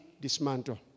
dismantle